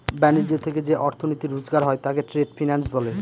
ব্যাণিজ্য থেকে যে অর্থনীতি রোজগার হয় তাকে ট্রেড ফিন্যান্স বলে